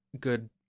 good